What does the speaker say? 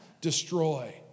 destroy